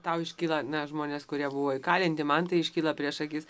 tau iškyla na žmonės kurie buvo įkalinti man tai iškyla prieš akis